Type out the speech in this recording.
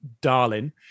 Darling